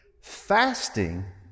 Fasting